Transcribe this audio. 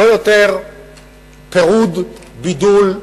לא עוד פירוד, בידול.